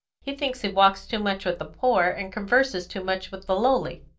he thinks he walks too much with the poor, and converses too much with the lowly.